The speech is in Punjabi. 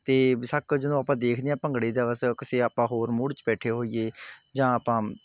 ਅਤੇ ਬੇਸ਼ੱਕ ਜਦੋਂ ਆਪਾਂ ਦੇਖਦੇ ਹਾਂ ਭੰਗੜੇ ਦਾ ਕਿਸੇ ਆਪਾਂ ਹੋਰ ਮੂੜ 'ਚ ਬੈਠੇ ਹੋਈਏ ਜਾਂ ਆਪਾਂ